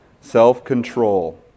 Self-control